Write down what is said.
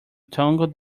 toggle